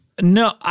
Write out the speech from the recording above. No